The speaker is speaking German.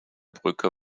brücke